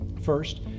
First